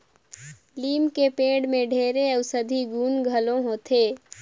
लीम के पेड़ में ढेरे अउसधी गुन घलो होथे